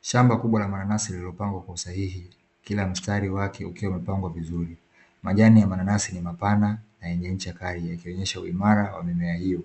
Shamba kubwa la mananasi lililopangwa kwa usahihi kila mstari wake ukiwa umepangwa vizuri, majani ya mananasi ni mapana na yenye ncha kali yakionyesha uimara wa mimea hiyo.